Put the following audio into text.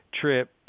trip